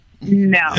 No